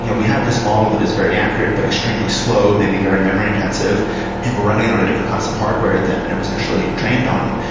you know we have this model that is very accurate, but extremely slow. maybe very memory-intensive and running it and on a different custom hardware than and it was initially trained on.